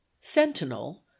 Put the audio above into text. sentinel